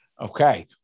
okay